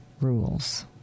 rules